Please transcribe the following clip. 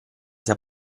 sia